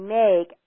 make